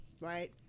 right